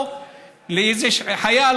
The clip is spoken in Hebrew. או שאיזה חייל,